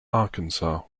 arkansas